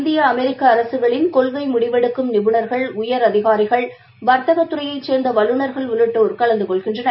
இந்திய அமெிக்கஅரசுகளின் கொள்கைமுடிவெடுக்கும் நிபுணர்கள் உயரதிகாரிகள் இதில் வர்த்தகத் துறையைச் சேர்ந்தவல்லுர்கள் உள்ளிட்டோர் கலந்துகொள்கின்றனர்